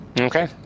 Okay